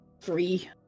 Three